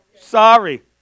Sorry